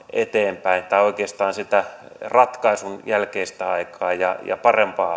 eteenpäin tulevaisuuteen tai oikeastaan siihen ratkaisun jälkeiseen aikaan ja parempaan